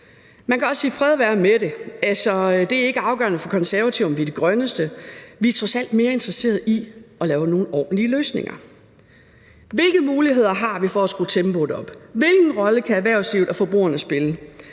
Man kan også sige: Fred være med det. Altså, det er ikke afgørende for Konservative, om vi er de grønneste. Vi er trods alt mere interesserede i at lave nogle ordentlige løsninger. Hvilke muligheder har vi for at skrue tempoet op? Hvilken rolle kan erhvervslivet og forbrugerne spille?